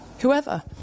whoever